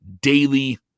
daily